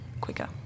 quicker